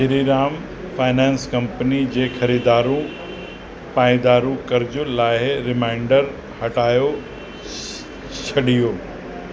Shriram finance company जे ख़रीदारु पाइदारु कर्ज लाइ रिमाइंडर हटायो छॾियो